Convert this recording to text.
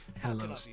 Hello